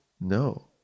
No